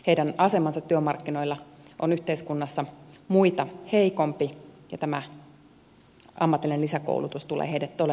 heidän asemansa työmarkkinoilla on yhteiskunnassa muita heikompi ja tämä ammatillinen lisäkoulutus tulee heille todelliseen tarpeeseen